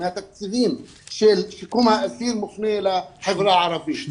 מהתקציבים של שיקום האסיר מופנים לחברה הערבית.